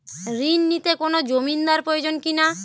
ঋণ নিতে কোনো জমিন্দার প্রয়োজন কি না?